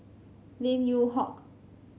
Lim Yew Hock